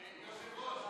אדוני היושב-ראש,